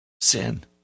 Sin